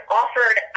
offered